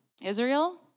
Israel